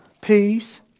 Peace